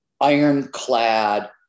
ironclad